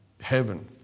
heaven